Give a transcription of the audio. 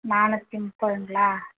நானூற்றி முப்பதுங்களா